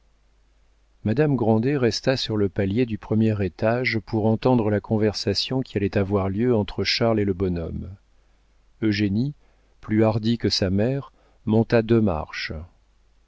madame grandet resta sur le palier du premier étage pour entendre la conversation qui allait avoir lieu entre charles et le bonhomme eugénie plus hardie que sa mère monta deux marches